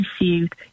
received